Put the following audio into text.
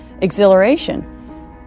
exhilaration